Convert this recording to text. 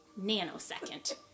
nanosecond